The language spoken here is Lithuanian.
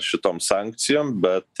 šitom sankcijom bet